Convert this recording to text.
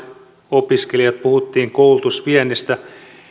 opiskelijat puhuttiin koulutusviennistä